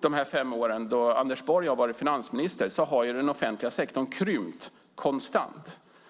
de fem år då Anders Borg varit finansminister har den offentliga sektorn konstant krympt.